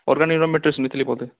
ଅର୍ଗାନିକ୍ର ମେଟେଶ ନେଇଥିଲି ବୋଧେ